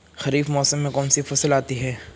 खरीफ मौसम में कौनसी फसल आती हैं?